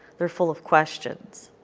they are full of questions.